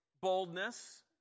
Boldness